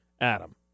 Adam